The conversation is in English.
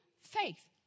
faith